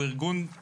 בארגון קשה,